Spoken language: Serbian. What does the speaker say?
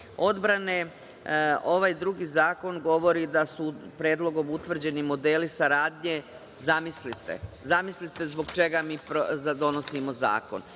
odbrane. Ovaj drugi zakon govori da su predlogom utvrđeni modeli saradnje, zamislite, zbog čega mi donosimo zakon.